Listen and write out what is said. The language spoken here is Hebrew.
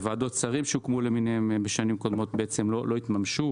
גם ועדות שרים שהוקמו בשנים קודמות לא התממשו.